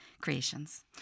creations